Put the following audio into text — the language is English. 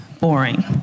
boring